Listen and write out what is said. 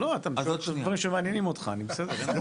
לא, אתה שואל דברים שמעניינים אותך, זה בסדר.